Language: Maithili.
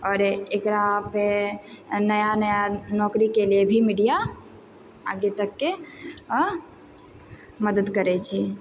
आओर एकरा पे नया नया नौकरीके लिए भी मीडिया आगे तकके मदद करै छै